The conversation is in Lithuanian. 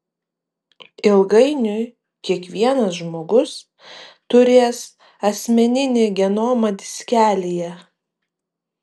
ilgainiui kiekvienas žmogus turės asmeninį genomą diskelyje